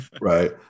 right